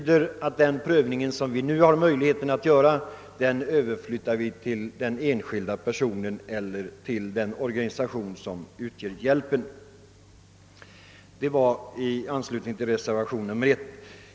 Den prövning vi nu har möjlighet att göra skulle överflyttas till den enskilda personen eller till den organisation som lämnar hjälpen. Vad jag sagt gäller reservationen 1.